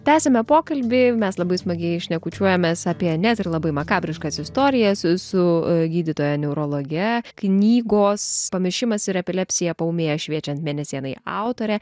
tęsiame pokalbį mes labai smagiai šnekučiuojamės apie net ir labai makabriškas istorijas su gydytoja neurologe knygos pamišimas ir epilepsija paūmėja šviečiant mėnesienai autore